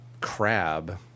crab